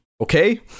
Okay